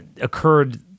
occurred